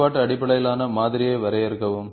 கட்டுப்பாடு அடிப்படையிலான மாதிரியை வரையறுக்கவும்